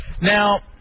Now